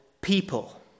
people